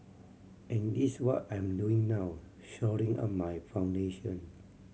and this what I'm doing now shoring up my foundation